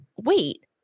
wait